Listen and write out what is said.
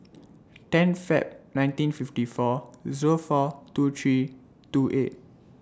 ten Feb nineteen fifty four Zero four two three two eight